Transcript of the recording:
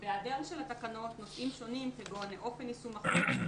בהיעדר תקנות נושאים שונים כגון אופן יישום החוק,